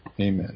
Amen